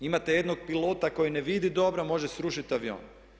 Imate jednog pilota koji ne vidi dobro, može srušiti avion.